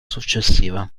successiva